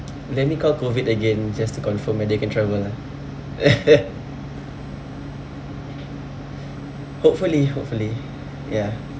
let me call COVID again just to confirm whether you can travel ah hopefully hopefully ya